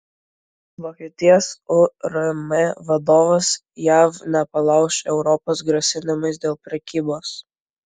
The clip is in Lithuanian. vokietijos urm vadovas jav nepalauš europos grasinimais dėl prekybos